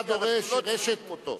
אנחנו לא צריכים אותו.